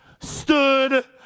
stood